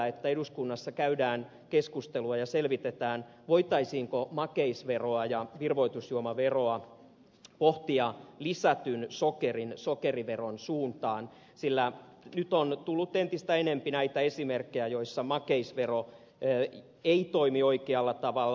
toivon myös että eduskunnassa käydään keskustelua ja selvitetään voitaisiinko makeisveroa ja virvoitusjuomaveroa pohtia lisätyn sokerin sokeriveron suuntaan sillä nyt on tullut entistä enemmän näitä esimerkkejä joissa makeisvero ei toimi oikealla tavalla